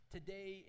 Today